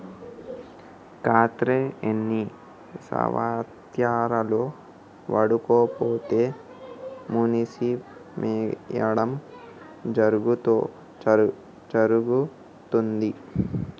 ఖాతా ఎన్ని సంవత్సరాలు వాడకపోతే మూసివేయడం జరుగుతుంది?